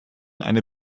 eine